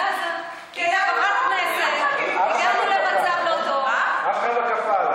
הזכירה לי חברת הכנסת נורית קורן שאני,